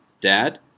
Dad